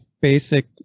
basic